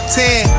ten